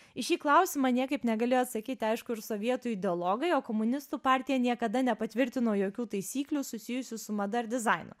į šį klausimą niekaip negalėjo atsakyti aišku ir sovietų ideologai o komunistų partija niekada nepatvirtino jokių taisyklių susijusių su mada ar dizainu